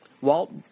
Walt